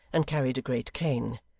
and carried a great cane.